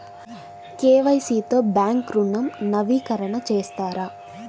KYC తో bank ఋణం నవీకరణ చేస్తారా?